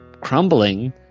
crumbling